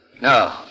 no